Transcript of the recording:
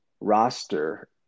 roster